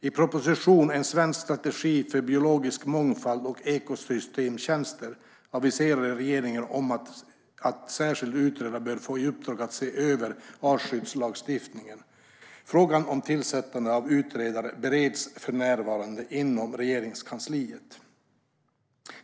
I propositionen En svensk strategi för biologisk mångfald och ekosystemtjänster aviserade regeringen att en särskild utredare bör få i uppdrag att se över artskyddslagstiftningen. Frågan om tillsättande av utredare bereds för närvarande inom Regeringskansliet.